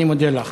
ואני מודה לך.